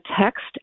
text